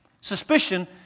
Suspicion